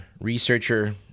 researcher